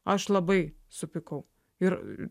aš labai supykau ir